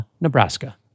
Nebraska